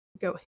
go